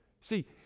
See